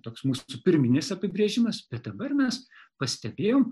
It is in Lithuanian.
toks mūsų pirminis apibrėžimas bet dabar mes pastebėjom